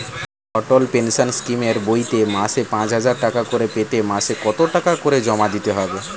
অটল pension স্কিমের বইতে মাসে পাঁচ হাজার টাকা করে পেতে মাসে কত টাকা করে জমা দিতে হবে?